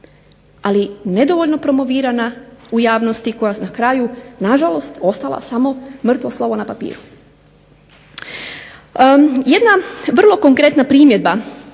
ali nedovoljno promovirana u javnosti koja je na kraju nažalost ostala samo mrtvo slovo na papiru. Jedna vrlo konkretna primjedba.